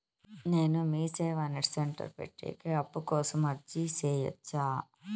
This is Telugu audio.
నేను మీసేవ నెట్ సెంటర్ పెట్టేకి అప్పు కోసం అర్జీ సేయొచ్చా?